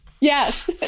Yes